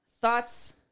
thoughts